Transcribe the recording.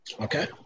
Okay